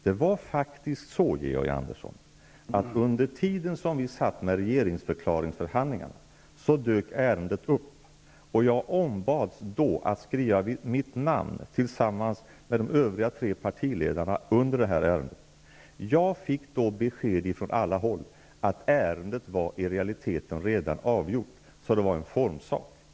Det var faktiskt så, Georg Andersson, att under tiden som vi satt med regeringsförklaringsförhand lingarna dök ärendet upp, och jag ombads då att tillsammans med de övriga tre partiledarna skriva mitt namn under ärendet. Jag fick besked från alla håll om att ärendet i realiteten redan var avgjort, så det var bara en formsak.